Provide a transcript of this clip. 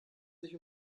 sich